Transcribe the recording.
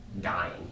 dying